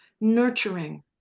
nurturing